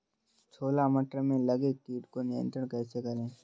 छोला मटर में लगे कीट को नियंत्रण कैसे करें?